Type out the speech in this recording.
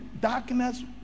Darkness